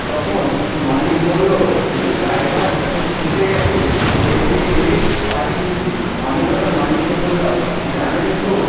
তখন মালিক বললো যে ড্রাইভার গেছে খেয়ে দিয়ে এলেই পাঠিয়ে দিচ্ছি আমি তখন মালিককে বললাম জানেন তো